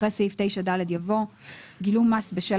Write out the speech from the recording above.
אחרי סעיף 9ד יבוא: "גילום מס בשל